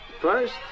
First